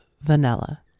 vanilla